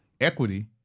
equity